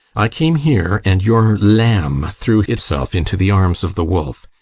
i came here, and your lamb threw itself into the arms of the wolf.